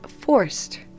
forced